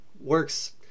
works